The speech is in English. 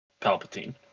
Palpatine